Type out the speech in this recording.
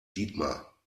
dietmar